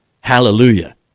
Hallelujah